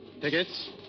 Tickets